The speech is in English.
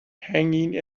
hanging